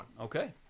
Okay